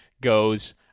goes